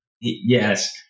Yes